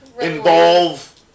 involve